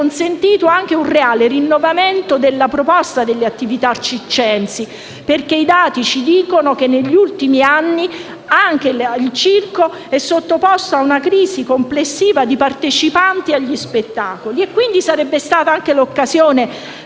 consentito anche un reale rinnovamento della proposta delle attività circensi perché i dati ci dicono che negli ultimi anni anche il circo è sottoposto ad una crisi complessiva di partecipanti agli spettacoli. Quindi sarebbe stata anche l'occasione per